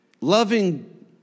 loving